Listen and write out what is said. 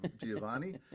Giovanni